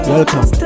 Welcome